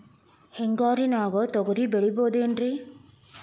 ಹಿಂಗಾರಿನ್ಯಾಗ ತೊಗ್ರಿ ಬೆಳಿಬೊದೇನ್ರೇ?